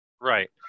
Right